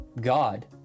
God